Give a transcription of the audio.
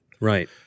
Right